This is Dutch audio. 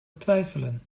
twijfelen